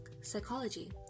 psychology